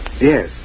Yes